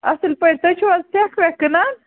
اَصٕل پٲٹھۍ تُہۍ چھُو حظ سیٚکھ ویٚکھ کٕنان